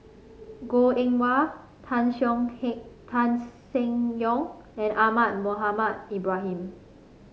Goh Eng Wah Tan Tan Seng Yong and Ahmad Mohamed Ibrahim